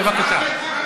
בבקשה.